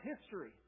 history